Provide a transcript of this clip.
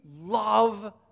love